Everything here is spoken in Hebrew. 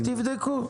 אז תבדקו,